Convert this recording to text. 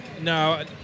No